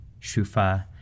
Shufa